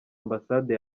ambasade